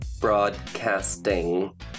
broadcasting